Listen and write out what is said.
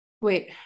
wait